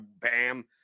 Bam